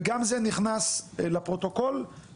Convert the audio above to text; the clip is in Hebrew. וגם זה נכנס לפרוטוקול.